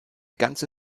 ganze